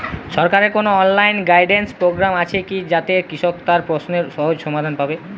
সরকারের কোনো online guidance programme আছে কি যাতে কৃষক তার প্রশ্নের সহজ সমাধান পাবে?